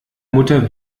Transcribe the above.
mutter